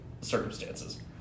circumstances